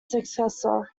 successor